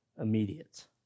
immediate